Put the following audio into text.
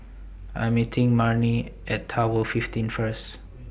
I Am meeting Marnie At Tower fifteen First